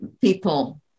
people